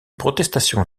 protestation